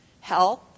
health